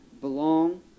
belong